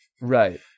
Right